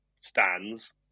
stands